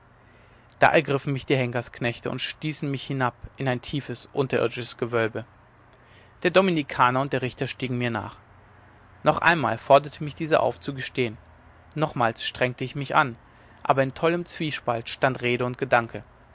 da ergriffen mich die henkersknechte und stießen mich hinab in ein tiefes unterirdisches gewölbe der dominikaner und der richter stiegen mir nach noch einmal forderte mich dieser auf zu gestehen nochmals strengte ich mich an aber in tollem zwiespalt stand rede und gedanke